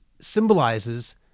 symbolizes